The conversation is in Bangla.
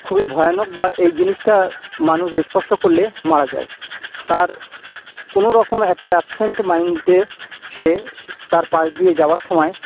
খুবই ভয়ানক বা এই জিনিসটা মানুষ স্পর্শ করলে মারা যায় তার কোনো রকম একটা অ্যাবসেন্ট মাইন্ডে সে তার পাশ দিয়ে যাওয়ার সময়